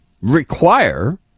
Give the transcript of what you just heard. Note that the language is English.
require